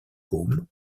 côme